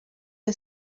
des